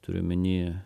turiu omeny